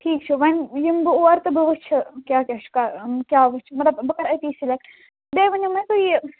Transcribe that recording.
ٹھیٖک چھُ وۅنۍ یِمہٕ بہٕ اورٕ تہٕ بہٕ وُچھٕ کیٛاہ کیٛاہ چھُ کیٛاہ وُچھِ مطلب بہٕ کَرٕ أتی سِلٮ۪کٹ بیٚیہِ ؤنِو مےٚ تُہۍ یہِ